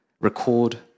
Record